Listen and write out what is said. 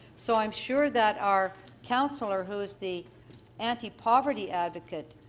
so i'm sure that our councillor who is the anti-poverty advocate,